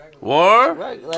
War